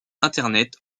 internet